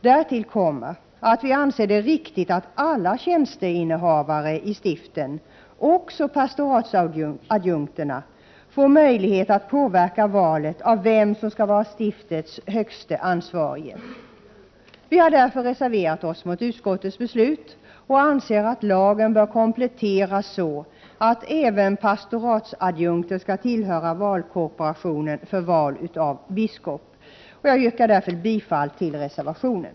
Därtill kommer att vi anser det riktigt att alla tjänsteinnehavare i stiften, även pastoratsadjunkterna, får möjlighet att påverka valet av vem som skall vara stiftets högste ansvarige. Vi har därför reserverat oss mot utskottets beslut och anser att lagen bör kompletteras, så att även pastoratsadjunkter skall tillhöra valkorporationen för val av biskop. Jag yrkar därför bifall till reservationen.